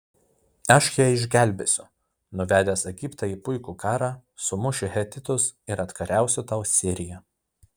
aš ją išgelbėsiu nuvedęs egiptą į puikų karą sumušiu hetitus ir atkariausiu tau siriją